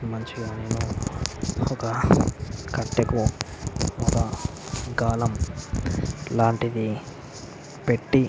మంచిగా నేను ఒక కట్టెకు ఒక గాలం లాంటిది పెట్టి